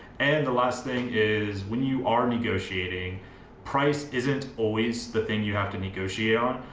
and the last thing is when you are negotiating price isn't always the thing you have to negotiate on.